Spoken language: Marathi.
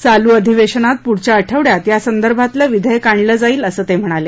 चालू अधिवेशनात पुढच्या आठवड्यात यासंदर्भातलं विधेयक आणलं जाईल असं ते म्हणाले